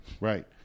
Right